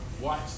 Watch